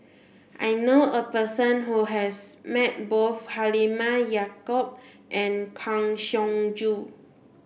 I knew a person who has met both Halimah Yacob and Kang Siong Joo